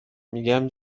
میگم